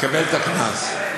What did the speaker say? יקבל קנס.